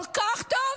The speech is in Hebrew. כל כך טוב?